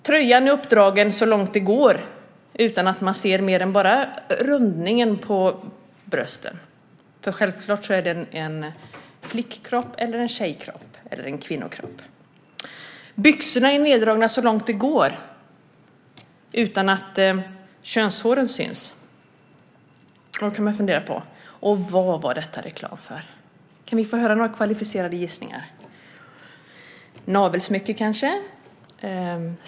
Tröjan är uppdragen så långt det går utan att man ser mer än rundningen på brösten, för självklart är det en flick eller kvinnokropp, och byxorna är neddragna så långt det går utan att könshåren syns. Då kan man fundera: Vad är det reklam för - får jag höra några kvalificerade gissningar? Navelsmycke kanske?